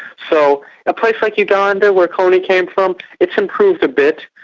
so a place like uganda, where kony came from, it's improved a bit,